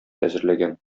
әзерләгән